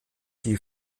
die